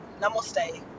Namaste